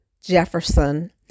Jefferson